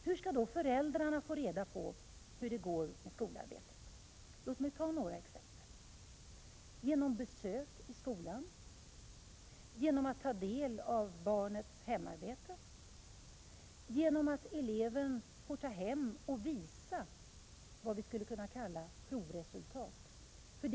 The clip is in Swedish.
Hur skall då föräldrarna få veta hur det går med skolarbetet? Låt mig ge några exempel: - Genom att eleven får ta hem och visa upp vad vi skulle kunna kalla ”provresultat”.